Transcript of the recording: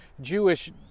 Jewish